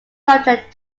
subject